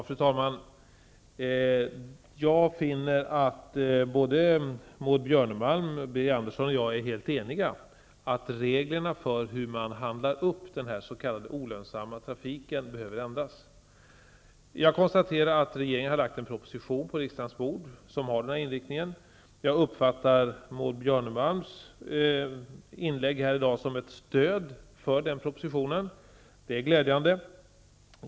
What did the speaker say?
Fru talman! Jag finner att Maud Björnemalm, Birger Andersson och jag är helt eniga om att reglerna för hur man handlar upp den s.k. olönsamma trafiken behöver ändras. Jag konstaterar att regeringen har lagt en proposition på riksdagens bord som har den inriktningen. Jag uppfattar Maud Björnemalms inlägg i dag som ett stöd för den propositionen, och det är glädjande.